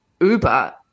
Uber